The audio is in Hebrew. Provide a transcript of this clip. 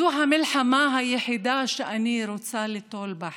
זו המלחמה היחידה שאני רוצה ליטול בה חלק.